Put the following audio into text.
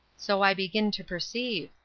so i begin to perceive.